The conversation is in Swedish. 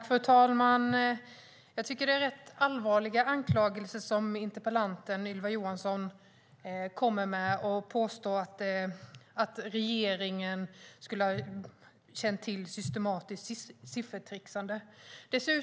Fru talman! Jag tycker att det är rätt allvarliga anklagelser som interpellanten Ylva Johansson kommer med när hon påstår att regeringen skulle ha känt till systematiskt siffertricksande.